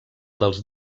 dels